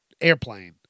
airplane